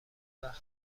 وقت